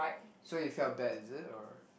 so you felt bad is it or